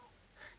!huh!